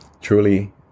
Truly